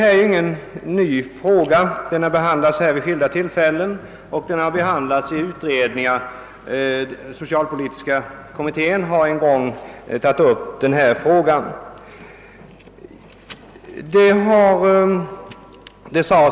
Detta är ingen ny fråga; den har behandlats här vid skilda tillfällen och i utredningar — socialpolitiska kommittén har t.ex. tagit upp den.